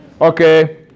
okay